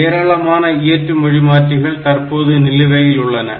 ஏராளமான இயற்று மொழிமாற்றிகள் தற்போது நிலுவையில் உள்ளன